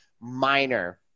minor